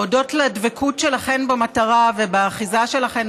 והודות לדבקות שלכן במטרה והאחיזה שלכן